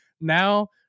Now